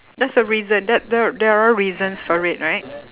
that's the reason that there there are reasons for it right